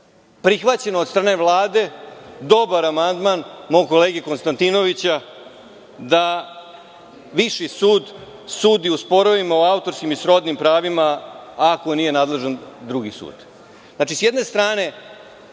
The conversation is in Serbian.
prihvaćen od strane Vlade, dobar amandman mog kolege Konstantinovića, da Viši sud sudi u sporovima o autorskim i srodnim pravima ako nije nadležan drugi sud.(Predsednik: